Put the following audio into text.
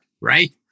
right